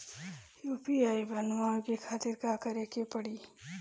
UPI बनावे के खातिर का करे के पड़ी?